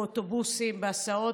באוטובוסים, בהסעות.